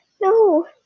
No